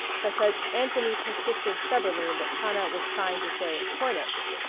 because anthony persisted stubbornly that tana was trying to say hornets,